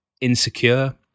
insecure